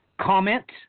comment